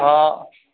हँ